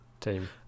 team